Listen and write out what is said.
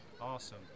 Awesome